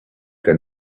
than